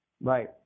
Right